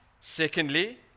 Secondly